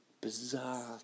bizarre